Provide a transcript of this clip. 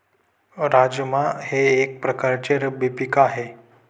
राजमा हे एक प्रकारचे रब्बी पीक आहे